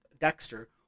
Dexter